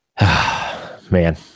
man